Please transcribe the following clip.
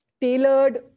tailored